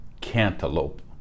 cantaloupe